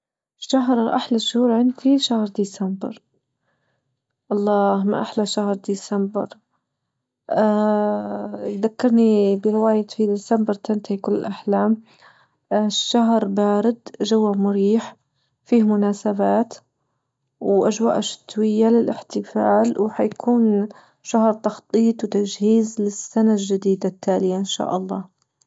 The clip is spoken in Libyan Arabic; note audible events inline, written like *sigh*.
شهر أحلى شهور عندي شهر ديسمبر، الله ما احلى شهر ديسمبر *hesitation* اه يذكرني برواية في ديسمبر تنتهي كل الاحلام، اه شهر بارد جوه مريح فيه مناسبات وأجواءه شتوية للإحتفال وحيكون شهر تخطيط وتجهيز للسنة الجديدة التالية إن شاء الله.